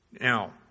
Now